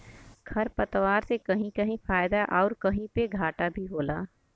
खरपात से कहीं कहीं फायदा आउर कहीं पे घाटा भी होला